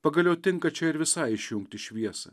pagaliau tinka čia ir visai išjungti šviesą